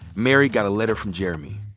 mary got a letter from jeremy.